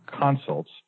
consults